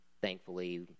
thankfully